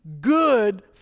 good